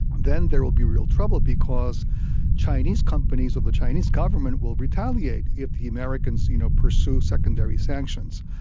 then there will be real trouble because chinese companies or the chinese government will retaliate if the americans you know pursue secondary sanctions.